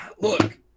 look